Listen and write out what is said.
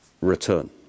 return